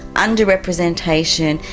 underrepresentation,